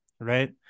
right